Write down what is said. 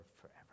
forever